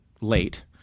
late